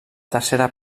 tercera